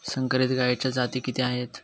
संकरित गायीच्या जाती किती आहेत?